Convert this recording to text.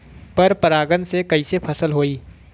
पर परागण से कईसे फसल होई?